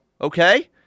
okay